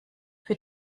für